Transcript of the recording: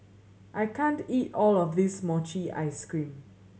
I can't eat all of this mochi ice cream